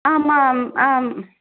आम् आम् आम्